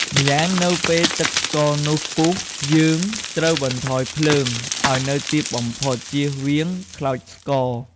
ម្យ៉ាងនៅពេលទឹកស្ករនោះពុះយើង ត្រូវបន្ថយភ្លើងឲ្យនៅទាបបំផុតជៀសវាងខ្លោចស្ករ។